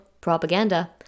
Propaganda